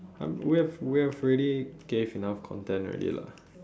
we have we have already gave enough content already lah